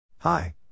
Hi